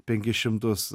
penkis šimtus